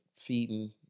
feeding